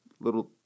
Little